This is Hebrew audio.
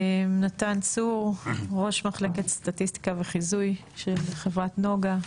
נתן צור, ראש מחלקת סטטיסטיקה וחיזוי של חברת נגה.